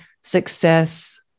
success